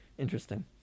interesting